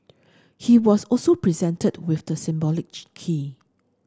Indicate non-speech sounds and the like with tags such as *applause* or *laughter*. he was also presented with the symbolic *unintelligible* key